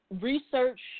research